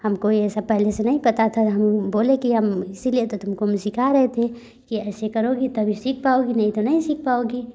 हमको ये सब पहले से नहीं पता था हम बोले कि हम इसी लिए तो तुमको हम सीखा रहे थे की ऐसे करोगी तभी सीख पाओगी नहीं तो नहीं सीख पाओगी